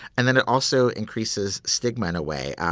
and then it also increases stigma in a way.